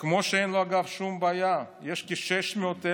כמו שאין לו אגב שום בעיה שיש כ-600,000